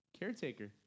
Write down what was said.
Caretaker